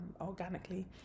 organically